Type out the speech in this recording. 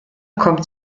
kommt